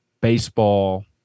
baseball